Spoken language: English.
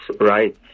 right